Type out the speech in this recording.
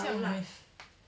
这样远